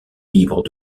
libres